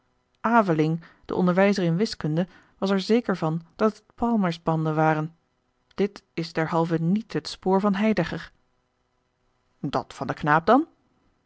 aveling de onderwijzer in wiskunde was er zeker van dat het palmer's banden waren dit is derhalve niet het spoor van heidegger dat van den knaap dan